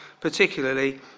particularly